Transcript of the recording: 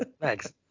Thanks